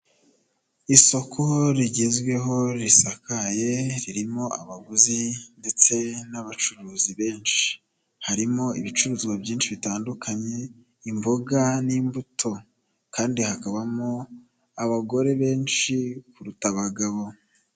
Isoko rigezweho risakaye ririmo abaguzi ndetse n'abacuruzi benshi, harimo ibicuruzwa byinshi bitandukanye, imboga n'imbuto kandi hakabamo abagore benshi kuruta abagabo.